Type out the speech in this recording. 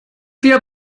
wir